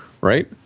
right